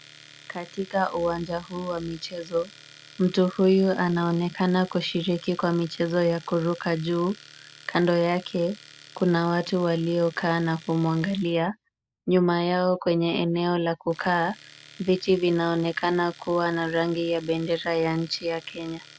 Katika uwanja huu wa michezo. Mtu huyu anaonekana kushiriki kwa michezo ya kuruka juu. Kando yake kuna watu waliokaa na kumwangalia nyuma yao kwenye eneo la kukaa viti vinakaa kuwa na rangi ya kenya.